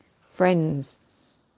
friends